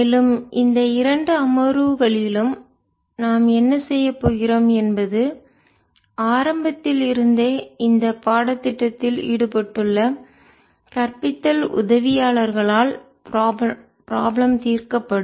மேலும் இந்த இரண்டு அமர்வுகளிலும் நாம் என்ன செய்யப் போகிறோம் என்பது ஆரம்பத்தில் இருந்தே இந்த பாடத்திட்டத்தில் ஈடுபட்டுள்ள கற்பித்தல் உதவியாளர்களால் ப்ராப்ளம் தீர்க்கப்படும்